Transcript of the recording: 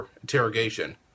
interrogation